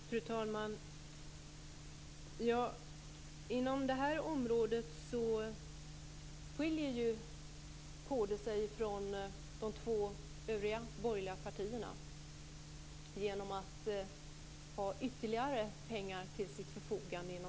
Fru talman! Inom det här området skiljer sig kd från de två andra borgerliga partierna genom att ha ytterligare pengar till sitt förfogande.